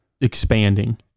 expanding